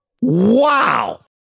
Wow